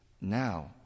now